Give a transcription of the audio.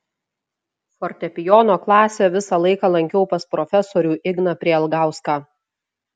fortepijono klasę visą laiką lankiau pas profesorių igną prielgauską